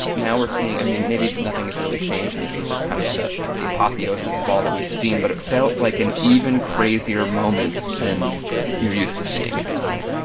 now we're seeing i mean, maybe nothing has really changed, and this was just kind of the the apotheosis of all that we've seen. but it felt like an even crazier moment than you're used to seeing at this point